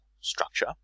structure